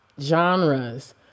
genres